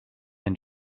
than